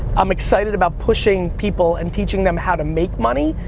i'm excited about pushing people, and teaching them how to make money,